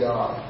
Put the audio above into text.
God